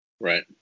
Right